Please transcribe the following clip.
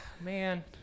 man